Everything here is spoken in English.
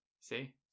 See